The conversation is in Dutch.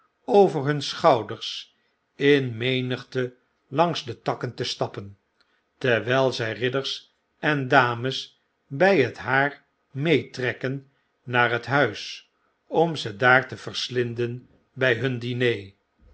over hun schouders in menigte langs de takken te stappen terwyl zy ridders en dames by het haar meetrekken naar het huis om ze daar te verslinden bij hun diner